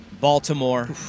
Baltimore